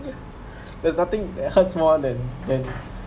there's nothing that hurts more than than